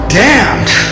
damned